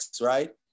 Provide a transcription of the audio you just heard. right